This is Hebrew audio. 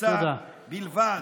בצע בלבד.